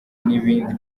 n’ibindi